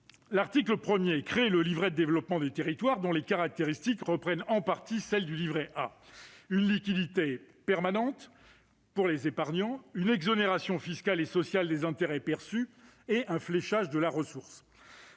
l'article 1 crée le « livret de développement des territoires », dont les caractéristiques reprennent en partie celles du livret A : une liquidité permanente pour les épargnants, une exonération fiscale et sociale des intérêts perçus et un fléchage de la ressource.